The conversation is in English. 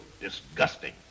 disgusting